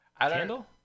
candle